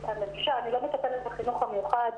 אני לא מטפלת בחינוך המיוחד.